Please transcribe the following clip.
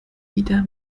wieder